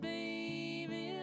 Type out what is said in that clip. Baby